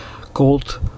called